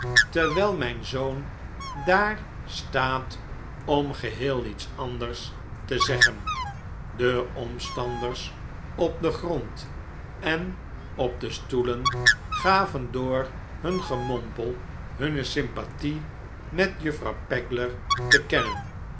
terwijl mijn zoon daar staat om geheel iets anders te zeggen de omstanders op den grond en op de stoelen gaven door nun gemompel hunne sympathie met juffrouw pegler te kennen